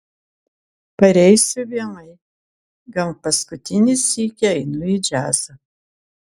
pareisiu vėlai gal paskutinį sykį einu į džiazą